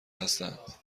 هستند